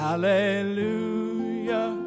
Hallelujah